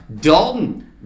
Dalton